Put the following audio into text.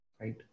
right